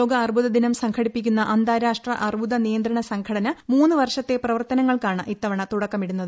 ലോക അർബുദ ദിനം സംഘടിപ്പിക്കുന്ന അന്താരാഷ്ട്ര അർബുദ നിയന്ത്രണ സംഘടന മൂന്ന് വർഷത്തെ പ്രവർത്തനങ്ങൾക്കാണ് ഇത്തവണ തുടക്കമിടുന്നത്